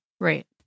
Right